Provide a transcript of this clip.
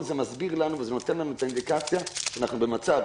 זה מסביר ונותן את האינדיקציה שאנחנו במצב